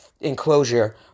enclosure